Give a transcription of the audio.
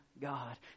God